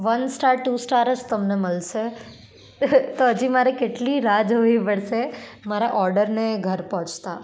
one star two star જ તમને મળશે તો હજી મારે કેટલી રાહ જોવી પડશે મારા ઓર્ડરને ઘર પહોંચતા